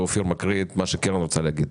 ועכשיו אופיר מקריא את מה שקרן רוצה להגיד.